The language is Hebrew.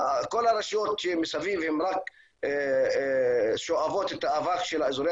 כל הרשויות שמסביב הן רק שואבות את האבק של אזורי